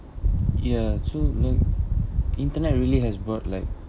ya true right internet really has brought like